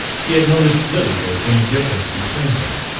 he had noticed little if any difference between them.